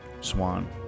Swan